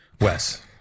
Wes